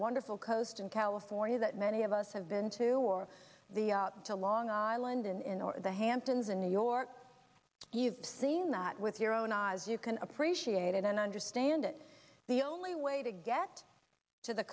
wonderful coast in california that many of us have been to or the out to long island in the hamptons in new york you've seen that with your own eyes you can appreciate it and understand it the only way to get to the